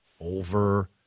over